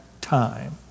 time